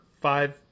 five